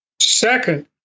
Second